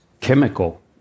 chemical